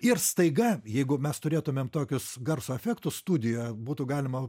ir staiga jeigu mes turėtumėm tokius garso efektų studiją būtų galima